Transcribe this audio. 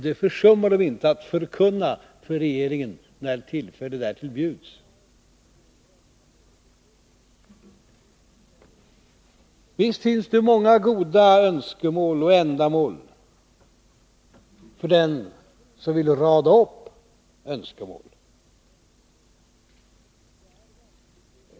Det försummar de inte att förkunna för regeringen när tillfälle därtill bjuds. Visst finns det många goda ändamål för den som vill rada upp önskemål.